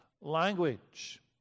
language